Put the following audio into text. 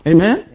Amen